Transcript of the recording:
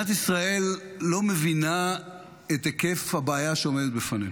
מדינת ישראל לא מבינה את היקף הבעיה שעומדת בפניה.